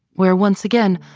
where once again,